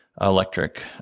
electric